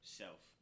self